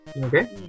Okay